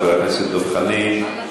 חבר הכנסת דב חנין.